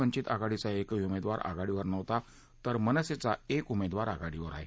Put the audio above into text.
वंचित आघाडीचा एकही उमेदवार आघाडीवर नव्हता तर मनसेचा एक उमेदवार आघाडीवर होता